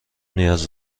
نیاز